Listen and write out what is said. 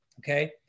Okay